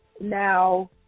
Now